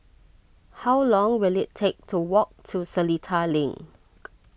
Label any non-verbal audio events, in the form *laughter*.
how long will it take to walk to Seletar Link *noise*